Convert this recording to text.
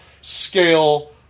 scale